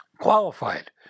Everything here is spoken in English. qualified